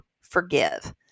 forgive